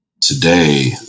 today